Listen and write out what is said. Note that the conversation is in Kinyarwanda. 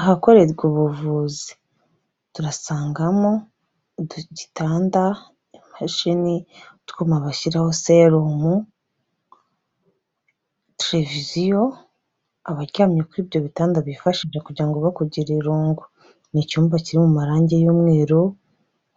Ahakorerwa ubuvuzi, turasangamo igitanda, imashini, utwuma bashyiraho serumu, televiziyo abaryamye kuri ibyo bitanda bifashisha kugira ngo be kugira irungu. Ni icyumba kiri mu marangi y'umweru